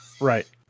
right